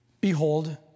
Behold